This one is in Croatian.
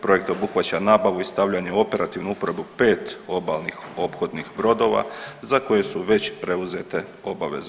Projekt obuhvaća nabavu i stavljanje u operativnu uporabu 5 obalnih ophodnih brodova za koje su već preuzete obaveze.